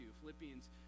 Philippians